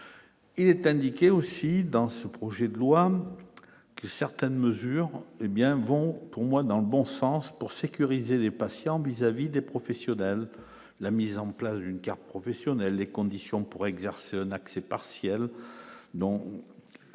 il est indiqué aussi dans ce projet de loi que certaines mesures hé bien bon pour moi dans le bon sens pour sécuriser les patients vis-à-vis des professionnels, la mise en place d'une carte professionnelle, les conditions pour exercer un accès partiel dont acte